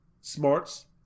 smarts